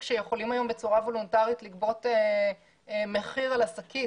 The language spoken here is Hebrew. שיכולים היום בצורה וולונטרית לגבות מחיר על השקית.